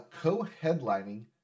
co-headlining